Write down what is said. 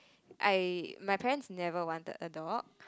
I my parents never wanted a dog